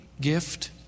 gift